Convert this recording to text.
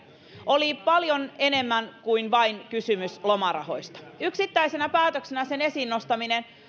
oli paljon enemmän kuin vain kysymys lomarahoista yksittäisenä päätöksenä sen esiin nostaminen sen